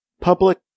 public